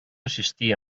assistir